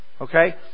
Okay